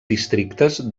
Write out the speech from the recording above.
districtes